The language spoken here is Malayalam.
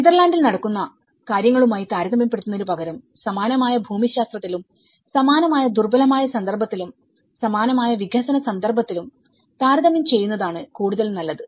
നെതർലാൻഡിൽ നടക്കുന്ന കാര്യങ്ങളുമായി താരതമ്യപ്പെടുത്തുന്നതിനുപകരം സമാനമായ ഭൂമിശാസ്ത്രത്തിലുംസമാനമായ ദുർബലമായ സന്ദർഭത്തിലും സമാനമായ വികസന സന്ദർഭത്തിലും താരതമ്യം ചെയ്യുന്നതാണ് കൂടുതൽ നല്ലത്